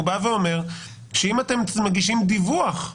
הוא אומר שאם אתם מגישים דיווח,